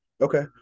Okay